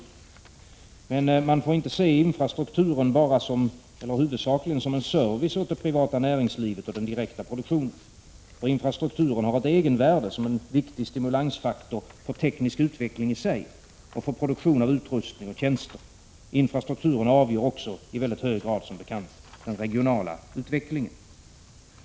Men man 25 maj 1987 får inte se infrastrukturen som huvudsakligen en service åt det privata näringslivet och den direkta produktionen. Infrastrukturen har ett egenvärde som en viktig stimulansfaktor för den tekniska utvecklingen i sig och för produktionen av utrustning och tjänster. Infrastrukturen avgör också, som bekant, i mycket hög grad den regionala utvecklingen.